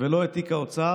ולא את תיק האוצר.